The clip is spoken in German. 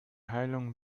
heilung